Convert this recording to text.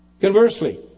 Conversely